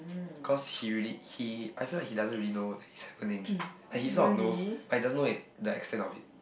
cause he really he I feel like he doesn't really know it's happening like he is not knows but he doesn't know it the extent of it